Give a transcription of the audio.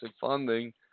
funding